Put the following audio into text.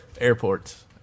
airports